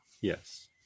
Yes